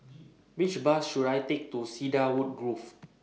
Which Bus should I Take to Cedarwood Grove